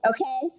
Okay